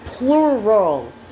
Plural